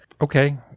okay